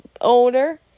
older